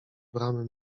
bramy